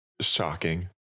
shocking